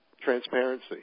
transparency